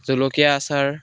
জলকীয়া আচাৰ